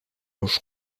los